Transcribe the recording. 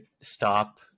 stop